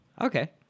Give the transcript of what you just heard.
okay